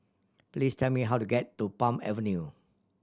please tell me how to get to Palm Avenue